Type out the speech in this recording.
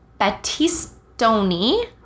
Battistoni